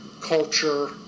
culture